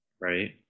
right